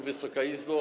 Wysoka Izbo!